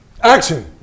Action